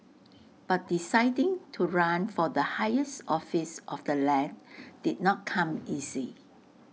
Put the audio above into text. but deciding to run for the higher office of the land did not come easy